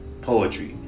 poetry